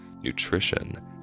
nutrition